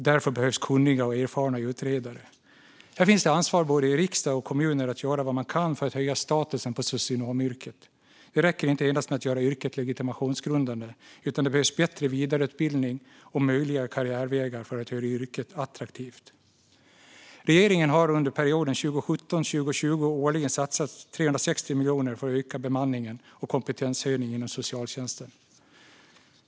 Därför behövs kunniga och erfarna utredare. Här finns det ansvar både i riksdag och kommuner för att göra vad man kan för att höja statusen på socionomyrket. Det räcker inte att endast göra yrket legitimationsgrundande, utan det behövs bättre vidareutbildning och möjliga karriärvägar för att göra yrket attraktivt. Regeringen har under perioden 2017-2020 årligen satsat 360 miljoner på ökad bemanning och kompetenshöjning inom socialtjänsten.